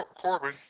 Corbin